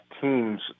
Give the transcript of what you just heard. teams